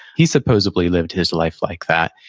he supposably lived his life like that.